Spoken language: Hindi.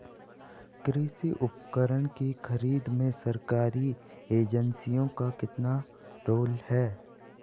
कृषि उपकरण की खरीद में सरकारी एजेंसियों का कितना रोल है?